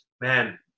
Man